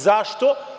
Zašto?